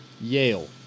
Yale